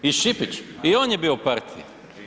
I Šipić i on je bio u partiji.